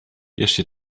bierzcie